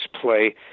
play